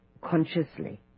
consciously